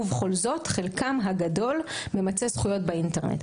ובכל זאת חלקם הגדול ממצה זכויות באינטרנט.